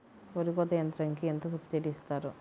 వరి కోత యంత్రంకి ఎంత సబ్సిడీ ఇస్తారు?